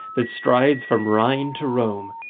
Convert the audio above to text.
that strides from rhine to rome,